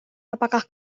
apakah